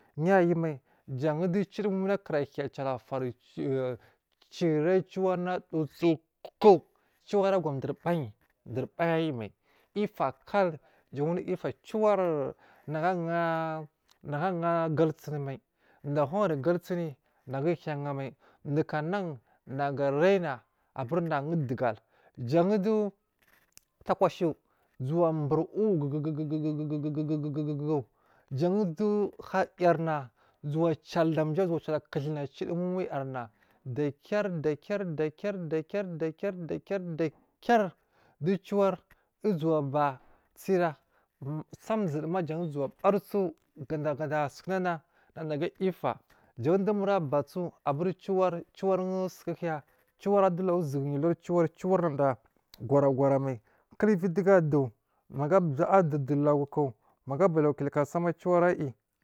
Yayomai jan du cidimomo kura hiya a cala lafori cideya ciwar na dutsu ku ciwar agu dur bayi dur bayi ayi mai ifa kal jan wanu ifa ciwa nagu akha akha galsinimai du a hurun galsini nagu uhiya ha mai duku ga nan nagu ga raina aburi nagun dugal jan du takwashwo zumwa buri u. u, guwo guwo gowo jan du ha yar. Na zuwa cal dam ja zowa cala guduna cidimomo yarna, dakir dakir dakir dakir dakir dakir duwo du ciwar uzu waba sira samduwoduma jan uzuwa bari ciwar gada ga sunana naga ifa, jan du mur abaso ciwar, ciwar sokukuya ciwar a dulaguri uzugu ya uluyari ciwar abur nada gora gora mai kul uvi duga a duwo a duwo laguku maga a balau kilakasama ciwar ayi.